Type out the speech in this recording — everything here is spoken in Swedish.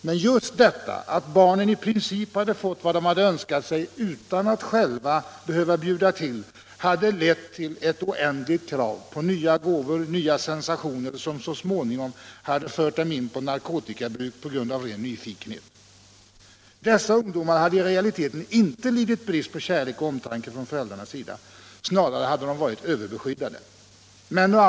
Men just detta att barnen i princip hade fått vad de önskat sig utan att själva behöva bjuda till hade lett till ett oändligt krav på nya gåvor och nya sensationer, som så småningom ledde till narkotikabruk på grund av ren nyfikenhet. Dessa ungdomar hade i realiteten inte lidit brist på kärlek och omtanke från föräldrarnas sida, snarare hade de varit överbeskyddade.